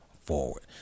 forward